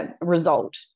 result